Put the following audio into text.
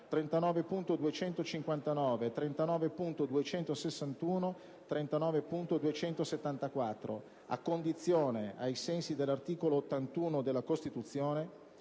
39.259, 39.261, 39.274, a condizione, ai sensi dell'articolo 81 della Costituzione,